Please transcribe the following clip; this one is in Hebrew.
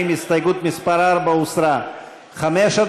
יואל חסון,